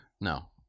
No